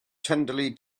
tenderly